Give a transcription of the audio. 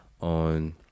on